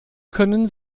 können